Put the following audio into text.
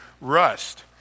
rust